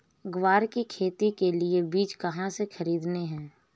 ग्वार की खेती के लिए बीज कहाँ से खरीदने हैं?